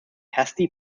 hasty